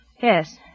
Yes